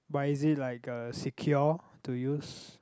but is it like uh secure to use